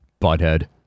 Butthead